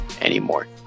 anymore